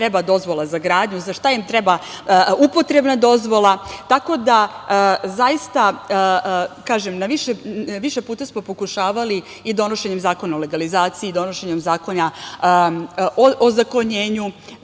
treba dozvola za gradnju, za šta im treba upotrebna dozvola. Tako da, zaista, kažem, više puta smo pokušavali, i donošenjem Zakona o legalizaciji i donošenjem Zakona o ozakonjenju